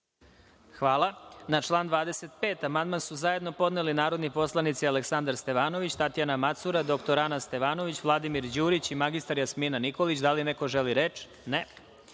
Hvala. Na član 25. amandman su zajedno podneli narodni poslanici Aleksandar Stevanović, Tatjana Macura, dr Ana Stevanović, Vladimir Đurić i mr Jasmina Nikolić. Da li neko želi reč?